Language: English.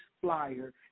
flyer